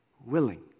Willing